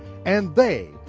and they,